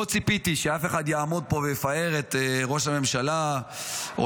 לא ציפיתי שאף אחד יעמוד פה ויפאר את ראש הממשלה או